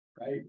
right